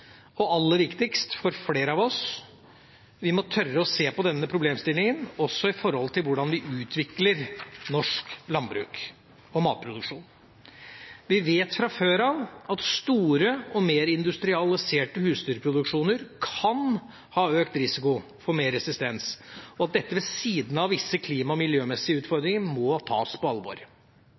og aller viktigst for flere av oss: Vi må tørre å se på denne problemstillinga også opp mot hvordan vi utvikler norsk landbruk og matproduksjon. Vi vet fra før av at store og mer industrialiserte husdyrproduksjoner kan ha økt risiko for mer resistens, og at dette, ved siden av visse klima- og miljømessige utfordringer, må tas på alvor.